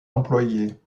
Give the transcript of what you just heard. employée